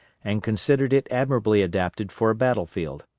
and considered it admirably adapted for a battle-field.